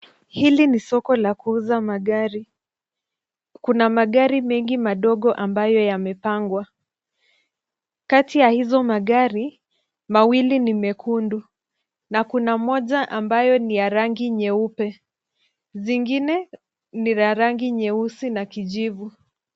Hili ni soko la kuuza magari. Kuna magari mengi madogo ambayo yamepangwa. Kati ya hizo magari, mawili ni mekundu na kuna moja ambayo ni ya rangi nyeupe. Zingine ni ya rangi nyeusi na kijivu.